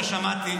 שלוש דקות לרשותך.